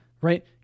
Right